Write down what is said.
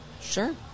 sure